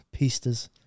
pistas